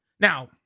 Now